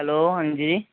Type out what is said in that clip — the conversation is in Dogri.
हैलो हांजी